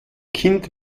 kind